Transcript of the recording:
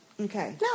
Okay